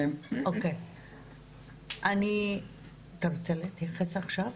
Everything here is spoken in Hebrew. אתה רוצה להתייחס עכשיו?